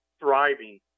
thriving